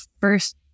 first